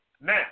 Now